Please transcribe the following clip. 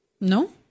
No